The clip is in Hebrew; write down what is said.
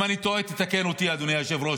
אם אני טועה, תתקן אותי, אדוני היושב-ראש.